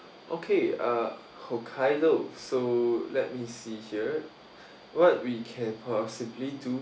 okay uh hokkaido so let me see here what we can possibly do